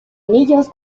anillos